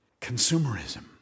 Consumerism